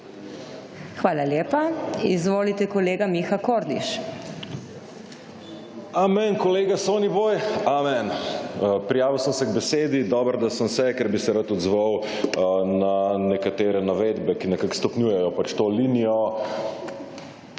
Hvala lepa. Izvolite, kolega Miha Kordiš. **MIHA KORDIŠ (PS Levica):** Amen, kolega Soniboj. Amen. Prijavil sem se k besedi, dobro da sem se, ker bi se rad odzval na nekatere navedbe, ki nekako stopnjujejo pač to linijo,